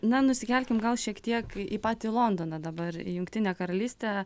na nusikelkim gal šiek tiek į patį londoną dabar į jungtinę karalystę